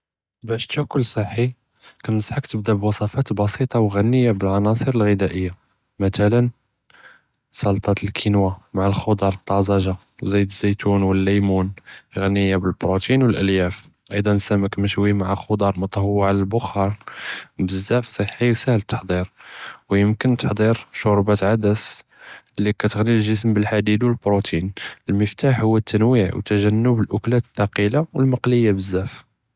באש טאכל סחה כנסחך תבּדהו בוספאת בסיטה ו גרינה בּאלענאסר אלג׳ודיא, מתל סלטת אלקינואה מע אלחדר אלטאז'ה וזית אלזיתון ואללימון גרינה בּאלפרוטאין ואלאלייאף, אבלאכן סמכּ משווי מע חדאר מתוהה על אלבקאר בזיאף סחה ו סאהל אלתחריר, ויומכן תחיר שורבת עדס לי קאיתהני אלג׳יסם בּאלחייד ואלפרוטאין, אלמפתאח הוא אלתנואע ו تجنب אלאקלות אלכּתילה ו אלמקליה בזיאף.